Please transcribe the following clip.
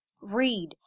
Read